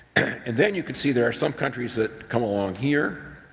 and then you can see there are some countries that come along here,